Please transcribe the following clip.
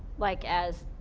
like as,